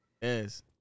Yes